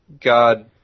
god